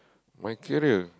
my career